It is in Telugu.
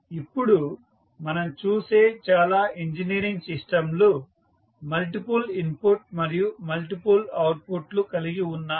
ఇప్పుడు మనం చూసే చాలా ఇంజనీరింగ్ సిస్టంలు మల్టిపుల్ ఇన్పుట్ మరియు మల్టిపుల్ అవుట్పుట్లు కలిగి ఉన్నాయి